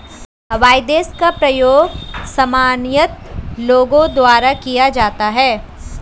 avoidance का प्रयोग सामान्यतः लोगों द्वारा किया जाता है